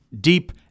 deep